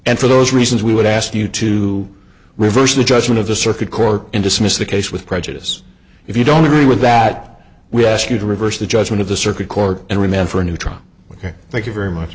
and for those reasons we would ask you to reverse the judgment of the circuit court and dismiss the case with prejudice if you don't agree with that we ask you to reverse the judgment of the circuit court and remand for a new trial ok thank you very much